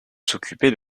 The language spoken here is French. s’occuper